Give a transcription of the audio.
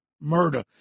murder